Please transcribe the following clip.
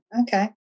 Okay